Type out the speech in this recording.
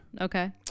Okay